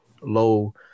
low